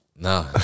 No